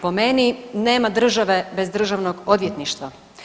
Po meni nema države bez državnog odvjetništva.